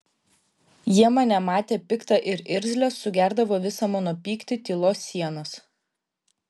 jie mane matė piktą ir irzlią sugerdavo visą mano pyktį tylos sienas